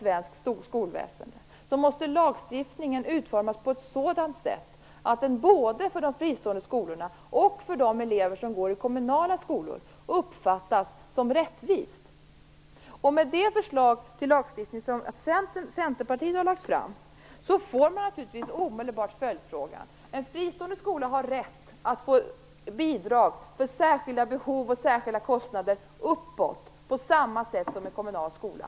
Lagstiftningen måste utformas på ett sådant sätt att den uppfattas som rättvis av eleverna på såväl de fristående som de kommunala skolorna. Med det förslag till lagstiftning som Centerpartiet har lagt fram får man naturligtvis omedelbart följdfrågan: En fristående skola har rätt att få bidrag för särskilda behov och särskilda kostnader på samma sätt som en kommunal skola.